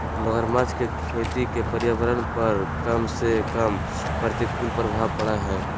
मगरमच्छ के खेती के पर्यावरण पर कम से कम प्रतिकूल प्रभाव पड़य हइ